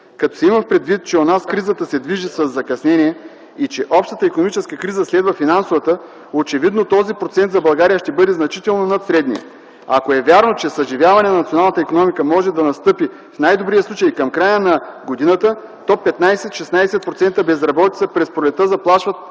като се има предвид, че у нас кризата се движи със закъснение и че общата икономическа криза следва финансовата, очевидно този процент за България ще бъде значително над средния. Ако е вярно, че съживяване на националната икономика може да настъпи в най-добрия случай към края на годината, то 15-16% безработица през пролетта заплашват